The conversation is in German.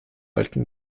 alten